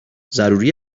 ضروری